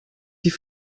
die